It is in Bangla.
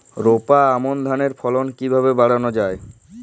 রোপা আমন ধানের ফলন কিভাবে বাড়ানো যায়?